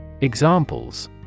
Examples